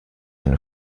eine